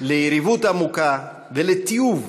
ליריבות עמוקה ולתיעוב,